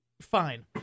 Fine